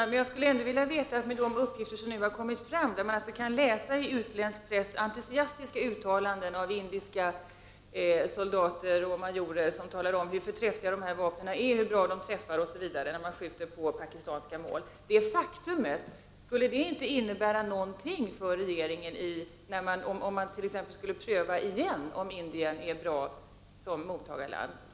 Herr talman! I utländsk press kan man nu läsa entusiastiska uttalanden av indiska soldater och majorer om hur bra och förträffliga dessa vapen är för att skjuta mot pakistanska mål. Skulle detta faktum inte innebära någonting för regeringen vid en ny prövning av om Indien är bra som mottagarland?